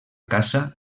caça